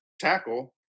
tackle